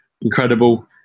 Incredible